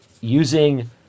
using